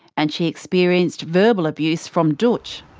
and she experienced verbal abuse from dootch.